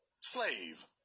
slave